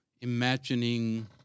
imagining